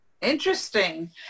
Interesting